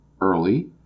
early